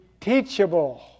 teachable